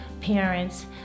parents